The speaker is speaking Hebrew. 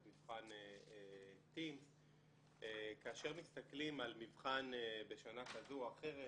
את מבחן TIMSS. כאשר מסתכלים על מבחן בשנה כזו או אחרת,